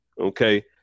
okay